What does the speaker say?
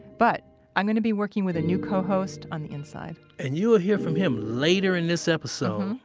but i'm gonna be working with a new co-host on the inside and you will hear from him later in this episode,